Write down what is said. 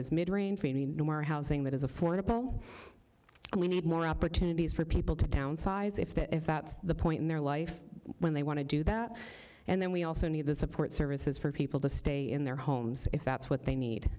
is mid range meaning more housing that is affordable and we need more opportunities for people to downsize if that if that's the point in their life when they want to do that and then we also need the support services for people to stay in their homes if that's what they need